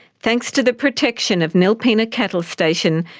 thanks to the protection of nilpena cattle station,